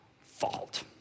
fault